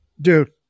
Dude